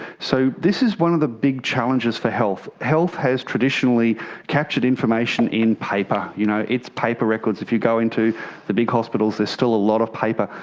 so this is one of the big challenges for health. health has traditionally captured information in paper, you know it's paper records. if you go into the big hospitals there's still a lot of paper.